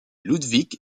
ludwig